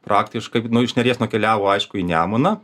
praktiškai nu iš neries nukeliavo aišku į nemuną